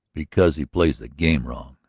because he plays the game wrong!